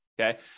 okay